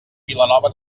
vilanova